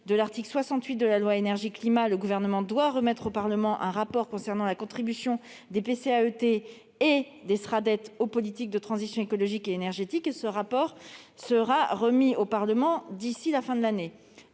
de l'article 68 de la loi Énergie-climat, le Gouvernement doit remettre au Parlement un rapport concernant la contribution des PCAET et des Sraddet aux politiques de transition écologique et énergétique- il sera remis au Parlement d'ici à la fin de l'année.